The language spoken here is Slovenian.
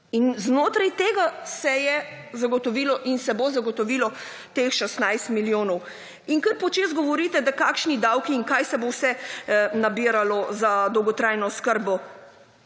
in znotraj tega se je zagotovilo in se bo zagotovilo teh 16 milijonov. Kar po čez govorite, da kakšni davki in kaj se bo vse nabiralo za dolgotrajno oskrbo.